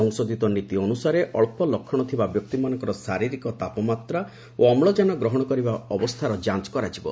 ସଂଶୋଧିତ ନୀତି ଅନୁସାରେ ଅକ୍ଷ ଲକ୍ଷଣ ଥିବା ବ୍ୟକ୍ତିମାନଙ୍କର ଶାରୀରିକ ତାପମାତ୍ରା ଓ ଅମ୍ଳଜାନ ଗ୍ରହଣ କରିବା ଅବସ୍ଥାର ଯାଞ୍ଚ କରାଯିବ